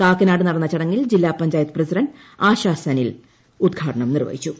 കാക്ക്കൂട് നടന്ന ചടങ്ങിൽ ജില്ലാ പഞ്ചായത്ത് പ്രസിഡന്റ് ആശാ സരിൽ ഉദ്ഘാടനം നിർവ്വഹിച്ചു